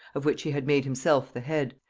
of which he had made himself the head,